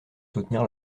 soutenir